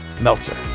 Meltzer